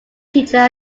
teacher